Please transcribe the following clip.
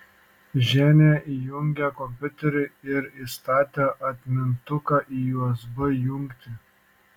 ženia įjungė kompiuterį ir įstatė atmintuką į usb jungtį